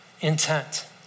intent